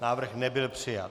Návrh nebyl přijat.